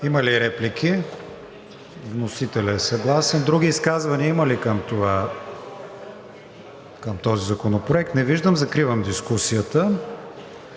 Има ли реплики? Вносителят е съгласен. Има ли други изказвания към този законопроект? Не виждам. Закривам дискусията